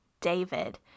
David